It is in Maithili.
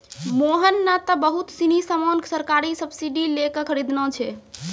मोहन नं त बहुत सीनी सामान सरकारी सब्सीडी लै क खरीदनॉ छै